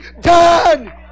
done